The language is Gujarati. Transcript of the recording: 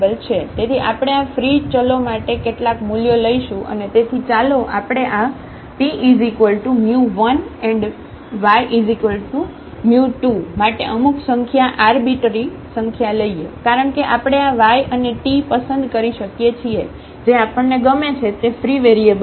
તેથી આપણે આ ફ્રી ચલો માટે કેટલાક મૂલ્યો લઈશું અને તેથી ચાલો આપણે આ t1y2 માટે અમુક સંખ્યા આરબીટરી સંખ્યા લઈએ કારણ કે આપણે આ y અને t પસંદ કરી શકીએ છીએ જે આપણને ગમે છે તે ફ્રી વેરિયેબલ છે